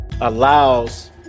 allows